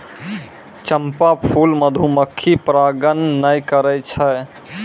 चंपा फूल मधुमक्खी परागण नै करै छै